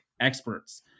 experts